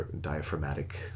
diaphragmatic